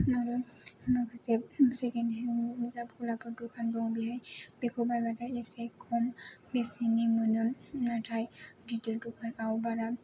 आरो माखासे second hand बिजाबफोरा दखान दं बेहाय बेखौ बायबानो जाबाय एसे खम बेसेननि मोनो नाथाय गिदिर दखानाव